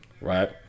right